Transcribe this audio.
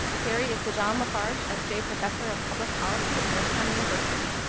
harry is the john lafarge s j. professor of public policy at georgetown university,